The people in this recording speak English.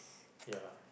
ya